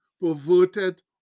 perverted